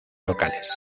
locales